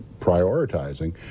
prioritizing